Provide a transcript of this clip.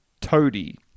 Toadie